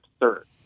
absurd